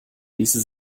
ließe